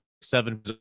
seven